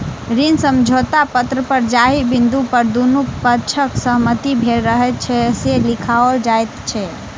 ऋण समझौता पत्र पर जाहि बिन्दु पर दुनू पक्षक सहमति भेल रहैत छै, से लिखाओल जाइत छै